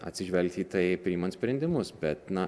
atsižvelgti į tai priimant sprendimus bet na